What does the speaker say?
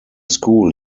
school